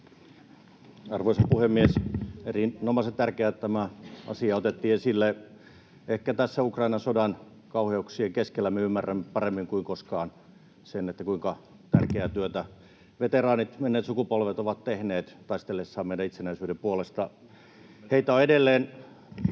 Arvoisa puhemies! On erinomaisen tärkeää, että tämä asia otettiin esille. Ehkä tässä Ukrainan sodan kauheuksien keskellä me ymmärrämme paremmin kuin koskaan sen, kuinka tärkeää työtä veteraanit, menneet sukupolvet, ovat tehneet taistellessaan meidän itsenäisyyden puolesta. Heitä on edelleen